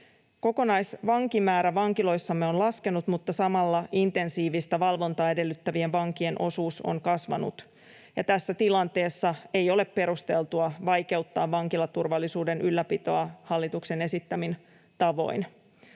Kokonaisvankimäärä vankiloissamme on laskenut, mutta samalla intensiivistä valvontaa edellyttävien vankien osuus on kasvanut, ja tässä tilanteessa ei ole perusteltua vaikeuttaa vankilaturvallisuuden ylläpitoa hallituksen esittämin tavoin.